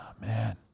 Man